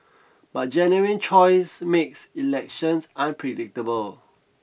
but genuine choice makes elections unpredictable